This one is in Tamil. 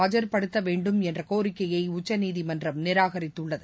ஆஜர்படுத்தவேண்டும் என்றகோரிக்கையைஉச்சநீதிமன்றம் நிராகரித்துள்ளது